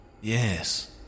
yes